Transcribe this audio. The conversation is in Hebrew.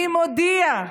"אני מודיע,